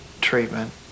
treatment